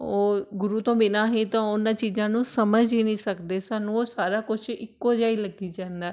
ਉਹ ਗੁਰੂ ਤੋਂ ਬਿਨਾਂ ਹੀ ਤਾਂ ਉਹਨਾਂ ਚੀਜ਼ਾਂ ਨੂੰ ਸਮਝ ਹੀ ਨਹੀਂ ਸਕਦੇ ਸਾਨੂੰ ਉਹ ਸਾਰਾ ਕੁਛ ਇੱਕੋ ਜਿਹਾ ਹੀ ਲੱਗੀ ਜਾਂਦਾ